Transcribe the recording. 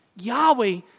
Yahweh